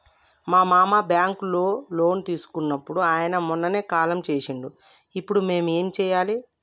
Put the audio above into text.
మా మామ బ్యాంక్ లో లోన్ తీసుకున్నడు అయిన మొన్ననే కాలం చేసిండు ఇప్పుడు మేం ఏం చేయాలి?